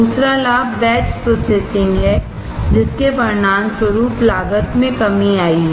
दूसरा लाभ batch processing है जिसके परिणामस्वरूप लागत में कमी आई है